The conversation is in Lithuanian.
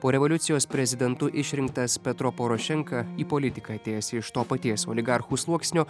po revoliucijos prezidentu išrinktas petro porošenka į politiką atėjęs iš to paties oligarchų sluoksnio